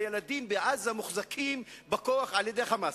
הילדים בעזה מוחזקים בכוח על-ידי "חמאס".